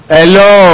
Hello